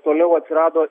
toliau atsirado